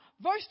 verse